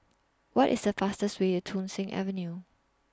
What IS The fastest Way to Thong Soon Avenue